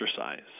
exercise